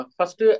First